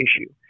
issue